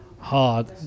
hard